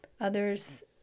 Others